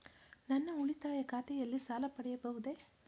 ನನ್ನ ಉಳಿತಾಯ ಖಾತೆಯಲ್ಲಿ ಸಾಲ ಪಡೆಯಬಹುದೇ?